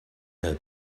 her